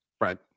Right